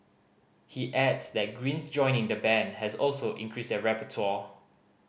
he adds that Green's joining the band has also increased their repertoire